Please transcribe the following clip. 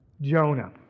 Jonah